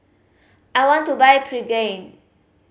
I want to buy Pregain